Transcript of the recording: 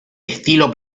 estilo